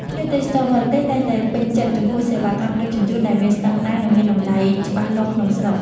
ភ្ញៀវទេសចរបរទេសតែងតែពេញចិត្តចំពោះសេវាកម្មដឹកជញ្ជូនដែលមានស្ដង់ដារ និងមានតម្លៃច្បាស់លាស់ក្នុងស្រុក។